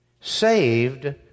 Saved